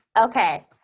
okay